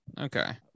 Okay